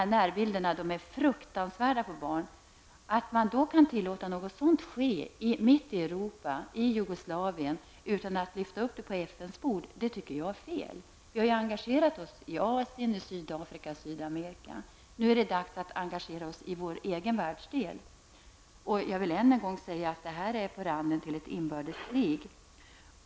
Jag tycker att det är fel att man kan tillåta något sådant att ske i Jugoslavien -- mitt i Europa -- utan att föra fram saken i FN. Vi har engagerat oss i problemen i Asien, Sydafrika och Sydamerika. Nu är det dags att vi engagerar oss i vår egen världsdel! Jag vill ännu en gång säga att Jugoslavien står på randen till inbördeskrig.